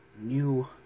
New